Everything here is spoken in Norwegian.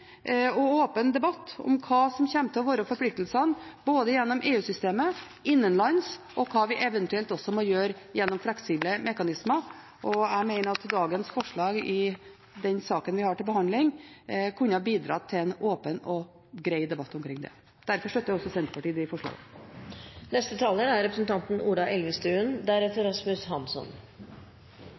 og åpen debatt om hva som kommer til å være forpliktelsene – både gjennom EU-systemet og innenlands – og hva vi eventuelt må gjøre gjennom fleksible mekanismer. Jeg mener at forslagene i den saken vi har til behandling i dag, kunne bidratt til en åpen og grei debatt omkring dette. Derfor er Senterpartiet med på disse forslagene. Først må jeg si at vi fra Venstres side er